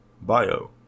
bio